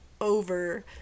over